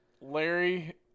Larry